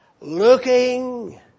looking